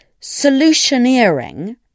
solutioneering